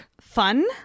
fun